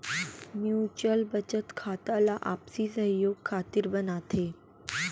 mutual बचत खाता ला आपसी सहयोग खातिर बनाथे